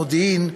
המודיעין,